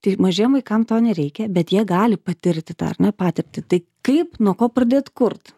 tai mažiem vaikam to nereikia bet jie gali patirti tą patirtį tai kaip nuo ko pradėt kurt